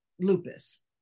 lupus